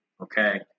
Okay